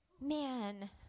Man